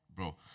Bro